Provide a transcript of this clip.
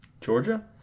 Georgia